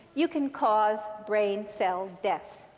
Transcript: you can cause brain cell death.